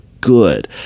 good